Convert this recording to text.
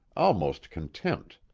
almost contempt.